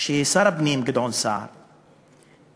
ששר הפנים גדעון סער יואיל,